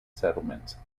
settlements